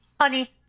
Honey